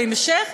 בהמשך,